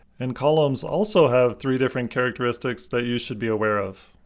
and columns also have three different characteristics that you should be aware of.